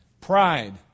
Pride